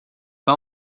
pas